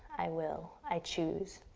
i will, i choose.